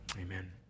Amen